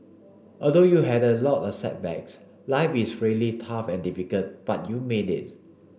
although you had a lot of setbacks life was really tough and difficult but you made it